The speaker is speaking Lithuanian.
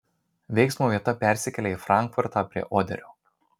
veiksmo vieta persikelia į frankfurtą prie oderio